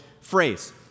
phrase